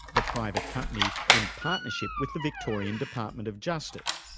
the private company in partnership with the victorian department of justice,